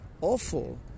awful